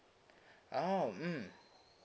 ah mm